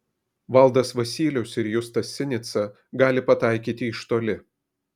valdas vasylius ir justas sinica gali pataikyti iš toli